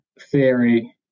theory